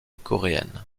coréenne